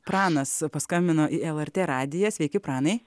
pranas paskambino į lrt radiją sveiki pranai